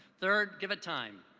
third give it time.